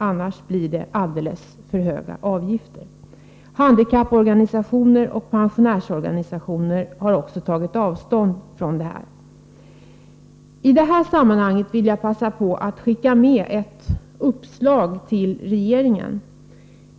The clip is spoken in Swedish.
Annars blir avgifterna alldeles för höga. Även handikapporganisationerna och pensionärsorganisationerna har tagit avstånd från detta. I det sammanhanget vill jag skicka med ett uppslag till regeringen.